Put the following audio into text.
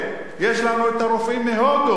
יש לנו הרופאים מהודו.